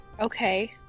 Okay